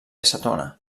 acetona